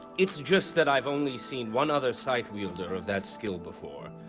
it's just that i've only seen one other scythe-wielder of that skill before.